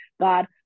god